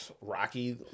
rocky